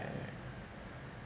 right